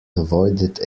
avoided